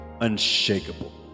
unshakable